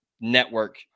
network